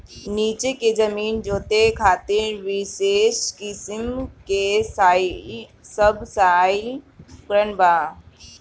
नीचे के जमीन जोते खातिर विशेष किसिम के सबसॉइल उपकरण बा